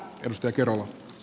pystyykö nolla